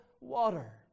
water